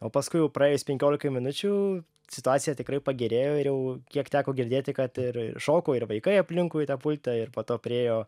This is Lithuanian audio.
o paskui jau praėjus penkiolikai minučių situacija tikrai pagerėjo ir jau kiek teko girdėti kad ir šoko ir vaikai aplinkui tą pultą ir po to priėjo